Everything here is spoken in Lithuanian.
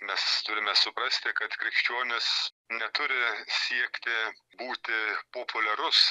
mes turime suprasti kad krikščionis neturi siekti būti populiarus